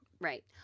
Right